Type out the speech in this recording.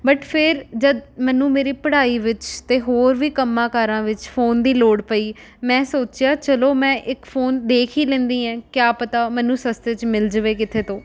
but ਫ਼ਿਰ ਜਦ ਮੈਨੂੰ ਮੇਰੀ ਪੜ੍ਹਾਈ ਵਿੱਚ ਅਤੇ ਹੋਰ ਵੀ ਕੰਮਾਂ ਕਾਰਾਂ ਵਿੱਚ ਫੋਨ ਦੀ ਲੋੜ ਪਈ ਮੈਂ ਸੋਚਿਆ ਚਲੋ ਮੈਂ ਇੱਕ ਫੋਨ ਦੇਖ ਹੀ ਲੈਂਦੀ ਐਂ ਕਿਆ ਪਤਾ ਮੈਨੂੰ ਸਸਤੇ 'ਚ ਮਿਲ ਜਾਵੇ ਕਿੱਥੇ ਤੋਂ